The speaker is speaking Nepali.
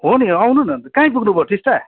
हो नि आउनु न अन्त कहाँ आइपुग्नु भयो टिस्टा